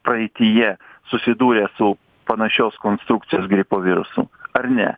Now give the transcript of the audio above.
praeityje susidūrę su panašios konstrukcijos gripo virusu ar ne